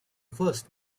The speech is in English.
first